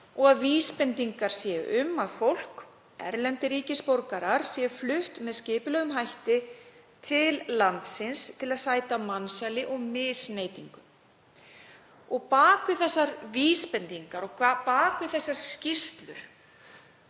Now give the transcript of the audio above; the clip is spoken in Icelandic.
og að vísbendingar séu um að fólk, erlendir ríkisborgarar, sé flutt með skipulögðum hætti til landsins til að sæta mansali og misneytingu. Bak við þessar vísbendingar og skýrslur